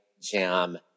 jam